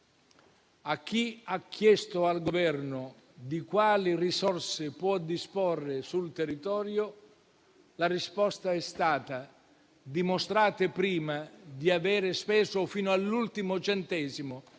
A chi ha chiesto al Governo di quali risorse può disporre sul territorio, la risposta è stata del seguente tenore: dimostrate prima di avere speso fino all'ultimo centesimo